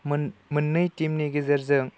मोननै टिमनि गेजेरजों